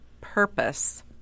purpose